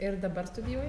ir dabar studijuoji